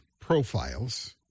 profiles